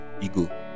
ego